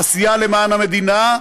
עשייה למען המדינה,